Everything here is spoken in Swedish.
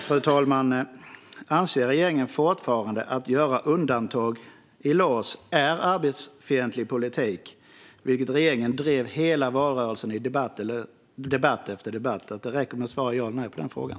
Fru talman! Anser regeringen fortfarande att det är arbetarfientlig politik att göra undantag i LAS, vilket regeringen drev hela valrörelsen i debatt efter debatt? Det räcker att svara ja eller nej på frågan.